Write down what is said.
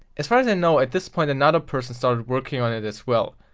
as far as i know, at this point another person started working on it as well.